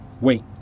Wait